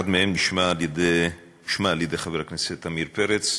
אחד מהם נשמע על-ידי חבר הכנסת עמיר פרץ.